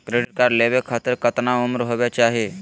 Credit card लेवे खातीर कतना उम्र होवे चाही?